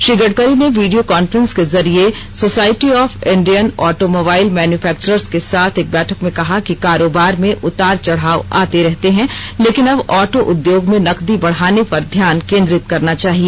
श्री गडकरी ने video conference के जरिए society of Indian automobile manufacturers के साथ एक बैठक में कहा कि कारोबार में उतार चढ़ाव आते रहते हैं लेकिन अब ऑटो उद्योग में नकदी बढ़ाने पर ध्यान केंद्रित करना चाहिए